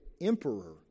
emperor